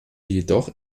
jedoch